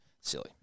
Silly